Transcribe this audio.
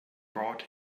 brought